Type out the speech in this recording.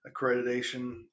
accreditation